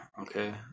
okay